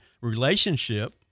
relationship